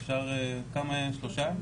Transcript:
אפשר שלושה ימים?